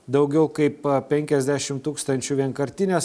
daugiau kaip penkiasdešimt tūkstančių vienkartinės